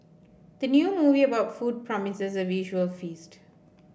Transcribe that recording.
the new movie about food promises a visual feast